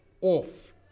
off